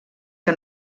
que